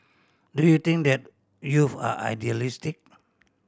do you think that youth are idealistic